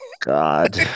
God